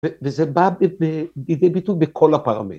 ‫וזה בא לידי ביטוי בכל הפרמטרים.